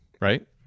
Right